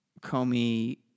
Comey